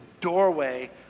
doorway